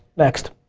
next.